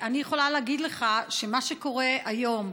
אני יכולה להגיד לך שמה שקורה היום,